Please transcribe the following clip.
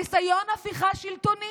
ניסיון הפיכה שלטוני,